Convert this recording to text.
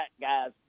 guys